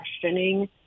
questioning